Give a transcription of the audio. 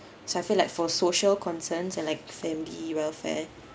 so I feel like for social concerns and like family welfare